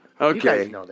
Okay